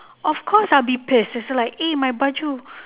of course I'll be pissed is like eh my baju